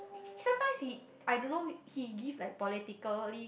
sometimes he I don't know he gives like politically